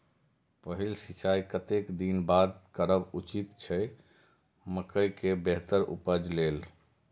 पहिल सिंचाई कतेक दिन बाद करब उचित छे मके के बेहतर उपज लेल?